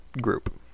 group